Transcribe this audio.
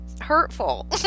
hurtful